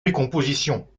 décomposition